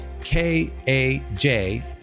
K-A-J